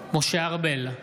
משה ארבל,